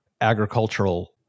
Agricultural